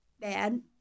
bad